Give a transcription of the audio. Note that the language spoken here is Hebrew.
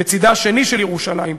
בצדה השני של ירושלים,